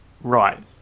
Right